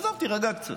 עזוב, תירגע קצת.